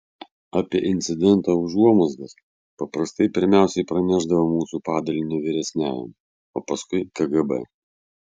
apie incidento užuomazgas paprastai pirmiausiai pranešdavo mūsų padalinio vyresniajam o paskui kgb